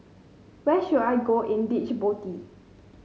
where should I go in Djibouti